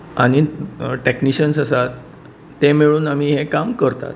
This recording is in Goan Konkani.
आनी टॅक्निशियन्स आसात ते मेळून आमी हें काम करतात